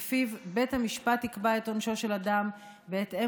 שלפיו בית המשפט יקבע את עונשו של אדם בהתאם